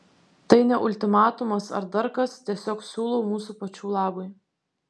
tai ne ultimatumas ar dar kas tiesiog siūlau mūsų pačių labui